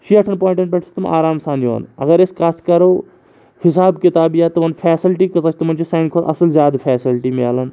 شیٹھَن پویٹَن پٮ۪ٹھ چھِ تِم آرام سان یِوان اگر أسۍ کَتھ کرو حِساب کِتاب یا تِمَن فیسَلٹی کۭژاہ چھ تِمَن چھِ سانہِ کھۄتہٕ اَصٕل زیادٕ فیسَلٹی مِلَان